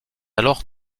alors